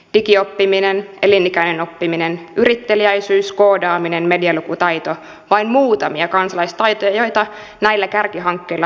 digioppiminen elinikäinen oppiminen yritteliäisyys koodaaminen medialukutaito tässä vain muutamia kansalaistaitoja joita näillä kärkihankkeilla halutaan vahvistaa